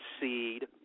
Seed